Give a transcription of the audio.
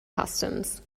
customs